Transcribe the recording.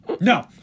no